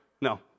No